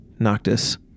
Noctis